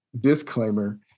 disclaimer